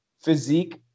physique